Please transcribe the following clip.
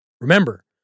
Remember